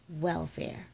Welfare